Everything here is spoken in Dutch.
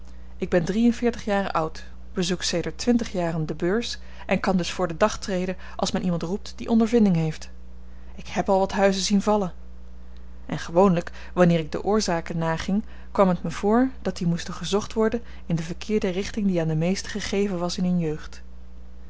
ik ben drie en veertig jaren oud bezoek sedert twintig jaren de beurs en kan dus voor den dag treden als men iemand roept die ondervinding heeft ik heb al wat huizen zien vallen en gewoonlyk wanneer ik de oorzaken naging kwam het me voor dat die moesten gezocht worden in de verkeerde richting die aan de meesten gegeven was in hun jeugd